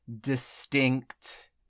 distinct